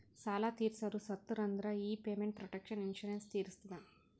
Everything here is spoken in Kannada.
ಸಾಲಾ ತೀರ್ಸೋರು ಸತ್ತುರ್ ಅಂದುರ್ ಈ ಪೇಮೆಂಟ್ ಪ್ರೊಟೆಕ್ಷನ್ ಇನ್ಸೂರೆನ್ಸ್ ತೀರಸ್ತದ